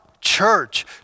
church